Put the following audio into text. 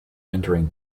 entering